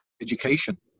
education